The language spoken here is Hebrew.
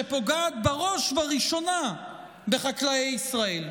שפוגעת בראש וראשונה בחקלאי ישראל.